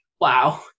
wow